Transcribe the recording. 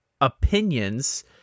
opinions